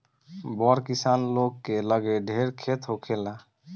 बड़ किसान लोग के लगे ढेर खेत होखेला